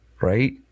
right